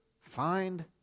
find